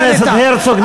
חבר הכנסת הרצוג,